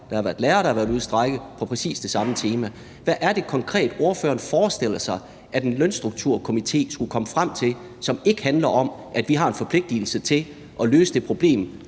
der har været lærere, der har været ude i strejke på præcis det samme tema. Så hvad er det konkret, ordføreren forestiller sig en lønstrukturkomité skulle komme frem til, som ikke handler om, at vi har en forpligtelse til at løse det problem